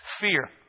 Fear